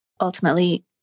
ultimately